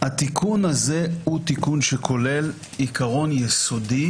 התיקון הזה הוא תיקון שכולל עיקרון יסודי